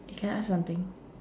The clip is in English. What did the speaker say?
eh can I ask something